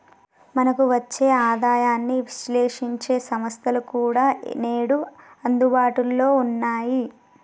మనకు వచ్చే ఆదాయాన్ని విశ్లేశించే సంస్థలు కూడా నేడు అందుబాటులో ఉన్నాయి